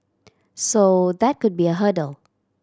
so that could be a hurdle